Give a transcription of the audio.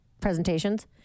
presentations